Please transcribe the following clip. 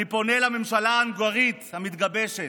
אני פונה לממשלה ההונגרית המתגבשת: